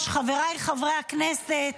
אדוני היושב-ראש, חבריי חברי הכנסת,